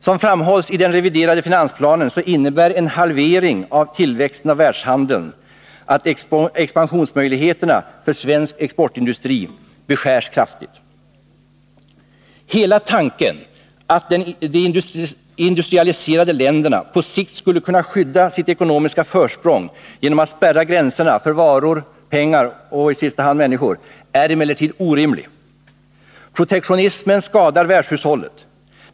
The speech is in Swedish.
Som framhålls i den reviderade finansplanen innebär en halvering av tillväxten av världshandeln att expansionsmöjligheterna för svensk exportindustri beskärs kraftigt. Hela tanken att de industrialiserade länderna på sikt skulle kunna skydda sitt ekonomiska försprång genom att spärra gränserna för varor, pengar och i sista hand människor är emellertid orimlig. Protektionismen skadar världshushållet.